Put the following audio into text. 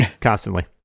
Constantly